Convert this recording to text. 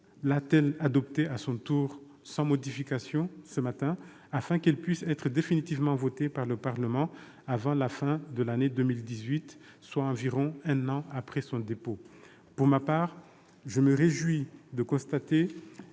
l'a-t-elle adoptée à son tour sans modification, ce matin, afin qu'elle puisse être définitivement votée par le Parlement avant la fin de l'année 2018, soit environ un an après son dépôt. Pour ma part, je me réjouis de constater